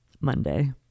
Monday